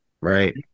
Right